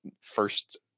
first